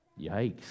Yikes